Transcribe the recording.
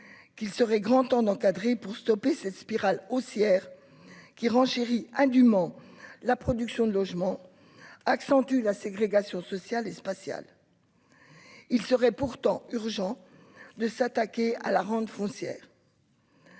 qu'il serait grand temps d'encadrer pour stopper cette spirale haussière qui renchérit indument la production de logements accentue la ségrégation sociale et spatiale, il serait pourtant urgent de s'attaquer à la rente foncière.